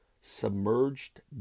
submerged